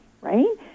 right